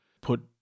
put